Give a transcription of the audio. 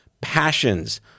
passions